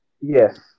Yes